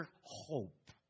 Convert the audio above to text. hope